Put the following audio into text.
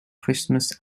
christmas